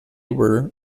were